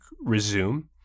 resume